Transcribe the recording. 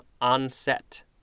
onset